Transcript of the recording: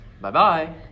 bye-bye